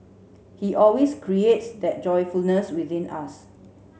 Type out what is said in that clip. he always creates that joyfulness within us